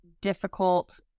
difficult